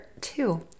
two